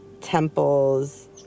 temples